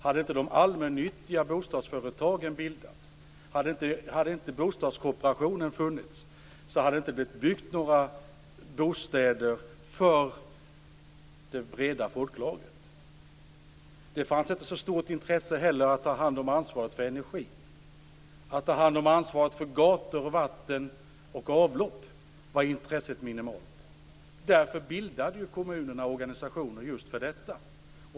Hade de allmännyttiga bostadsföretagen inte bildats - hade bostadskooperationen inte funnits - hade det inte byggts några bostäder för det breda folklagret. Det fanns inte heller något stort intresse för att ta ansvar för energin. Intresset var minimalt för att ta ansvar för gator, vatten och avlopp. Därför bildade kommunerna organisationer just för detta.